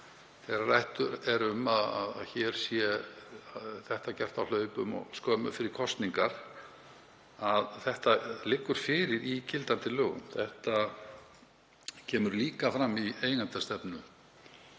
er rætt um að farið sé í þessa sölumeðferð á hlaupum og skömmu fyrir kosningar, að þetta liggur fyrir í gildandi lögum. Þetta kemur líka fram í eigendastefnu